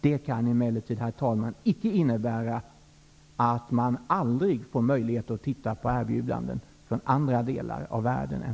Det kan emellertid inte, herr talman, innebära att man aldrig får möjlighet att studera erbjudanden från andra delar av världen än